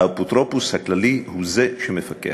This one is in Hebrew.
האפוטרופוס הכללי הוא זה שמפקח.